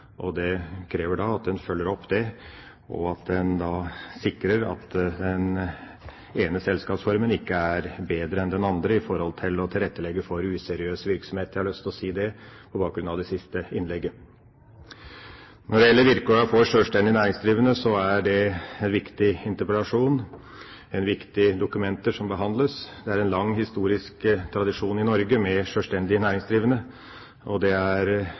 Det krever at en følger det opp, og at en sikrer at den ene selskapsformen ikke er bedre enn den andre når det gjelder å tilrettelegge for useriøs virksomhet. Det har jeg lyst til å si, på bakgrunn av det siste innlegget. Vilkårene for sjølstendig næringsdrivende er et viktig spørsmål, og det er viktige dokumenter som behandles. Det er i Norge en lang historisk tradisjon for sjølstendig næringsdrivende, en tradisjon som har vært byggende, og